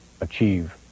achieve